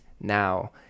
now